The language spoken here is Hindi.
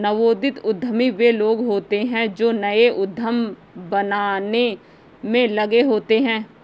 नवोदित उद्यमी वे लोग होते हैं जो नए उद्यम बनाने में लगे होते हैं